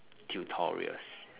tutorials